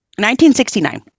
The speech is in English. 1969